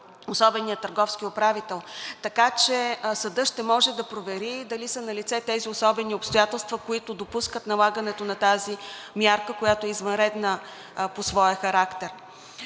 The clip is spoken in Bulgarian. особеният търговски управител, така че съдът ще може да провери дали са налице тези особени обстоятелства, които допускат налагането на тази мярка, която е извънредна по своя характер.